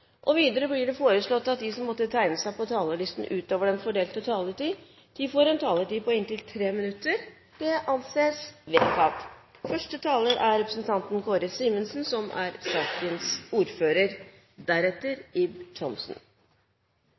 Videre blir det foreslått at de som måtte tegne seg på talerlisten utover den fordelte taletid, får en taletid på inntil 3 minutter. – Det anses vedtatt.